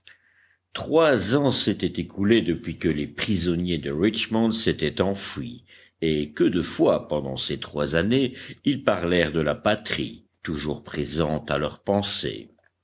trois ans s'étaient écoulés depuis que les prisonniers de richmond s'étaient enfuis et que de fois pendant ces trois années ils parlèrent de la patrie toujours présente à leur pensée